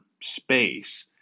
space